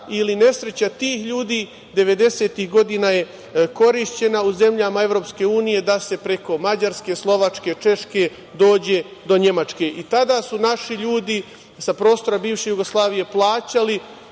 ili nesreća tih ljudi je 90-ih godina korišćena u zemljama EU da se preko Mađarske, Slovačke, Češke, dođe do Nemačke. I tada su naši ljudi sa prostora bivše Jugoslavije plaćali,